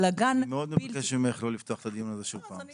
ובלגן --- אני מאוד מבקש ממך לא לפתוח את הדיון הזה שוב פעם,